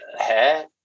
Hair